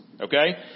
Okay